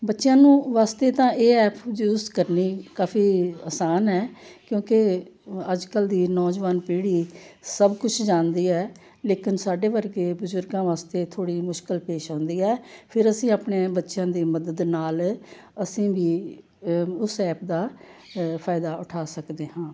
ਬੱਚਿਆਂ ਨੂੰ ਵਾਸਤੇ ਤਾਂ ਇਹ ਐਪ ਯੂਜ ਕਰਨੀ ਕਾਫੀ ਆਸਾਨ ਹੈ ਕਿਉਂਕਿ ਅੱਜ ਕੱਲ੍ਹ ਦੀ ਨੌਜਵਾਨ ਪੀੜ੍ਹੀ ਸਭ ਕੁਛ ਜਾਣਦੀ ਹੈ ਲੇਕਿਨ ਸਾਡੇ ਵਰਗੇ ਬਜ਼ੁਰਗਾਂ ਵਾਸਤੇ ਥੋੜ੍ਹੀ ਮੁਸ਼ਕਲ ਪੇਸ਼ ਆਉਂਦੀ ਹੈ ਫਿਰ ਅਸੀਂ ਆਪਣੇ ਬੱਚਿਆਂ ਦੀ ਮਦਦ ਨਾਲ ਅਸੀਂ ਵੀ ਉਸ ਐਪ ਦਾ ਫਾਇਦਾ ਉਠਾ ਸਕਦੇ ਹਾਂ